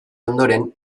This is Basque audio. ondoren